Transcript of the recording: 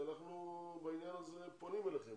אנחנו בעניין הזה פונים אליכם